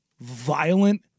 violent